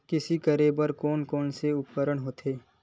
कृषि करेबर कोन कौन से उपकरण होथे?